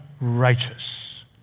righteous